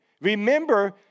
Remember